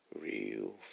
Real